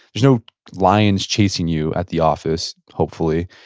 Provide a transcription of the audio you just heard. there's no lions chasing you at the office, hopefully.